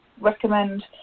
recommend